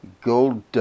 Gold